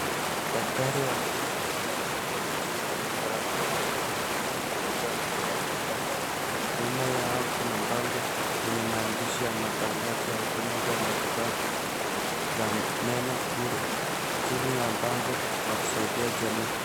Daktari wa meno aliyevalia koti jeupe na barakoa akimhudumia mgonjwa aliyelala kitandani. Nyuma yao kuna bango yenye maandishi ya matangazo ya huduma za matibabu za meno bure chini ya bango kwa kusaidia jamii.